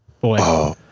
Boy